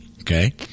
okay